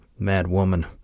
Madwoman